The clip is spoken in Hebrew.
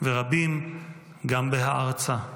ורבים גם בהערצה.